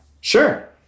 Sure